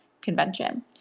convention